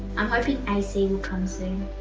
i'm hoping ac will come soon.